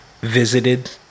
visited